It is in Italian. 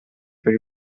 per